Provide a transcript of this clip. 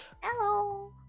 Hello